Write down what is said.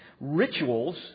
rituals